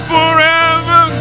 Forever